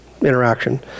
interaction